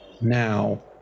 Now